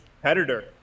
competitor